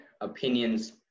opinions